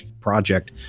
project